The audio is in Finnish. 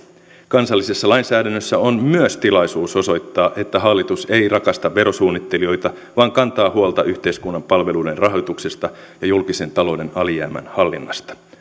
kansallisessa lainsäädännössä on myös tilaisuus osoittaa että hallitus ei rakasta verosuunnittelijoita vaan kantaa huolta yhteiskunnan palveluiden rahoituksesta ja julkisen talouden alijäämän hallinnasta